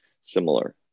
similar